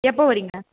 எப்போ வரிங்க